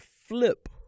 flip